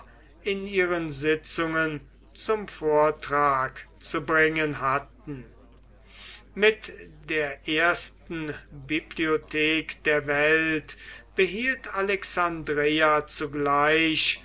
in ihren sitzungen zum vortrag zu bringen hatten mit der ersten bibliothek der welt behielt alexandreia zugleich